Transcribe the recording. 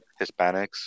Hispanics